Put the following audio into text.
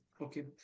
okay